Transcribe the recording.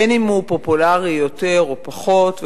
בין שהוא פופולרי יותר או פחות,